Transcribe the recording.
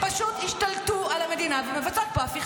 -- פשוט השתלטו על המדינה ומבצעים פה הפיכה.